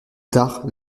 tard